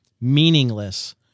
meaningless